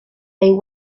they